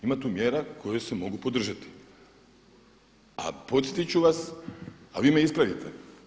Ima tu mjera koje se mogu podržati, a podsjetit ću vas a vi me ispravite.